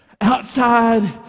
Outside